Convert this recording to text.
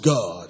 God